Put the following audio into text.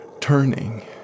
turning